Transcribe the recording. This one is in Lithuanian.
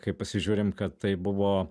kai pasižiūrim kad tai buvo